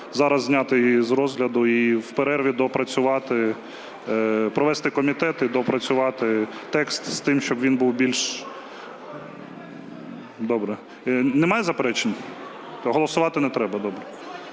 зараз зняти її з розгляду і в перерві доопрацювати, провести комітет і доопрацювати текст з тим, щоб він був більш... (Шум у залі) Добре. Немає заперечень? Голосувати не треба,